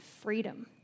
freedom